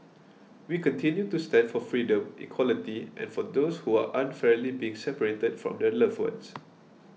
we continue to stand for freedom equality and for those who are unfairly being separated from their loved ones